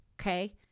Okay